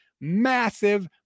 Massive